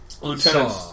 Lieutenant